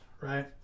right